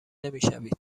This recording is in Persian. نمیشوید